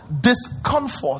Discomfort